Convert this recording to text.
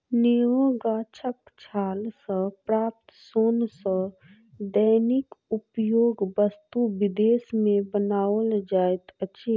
नेबो गाछक छाल सॅ प्राप्त सोन सॅ दैनिक उपयोगी वस्तु विदेश मे बनाओल जाइत अछि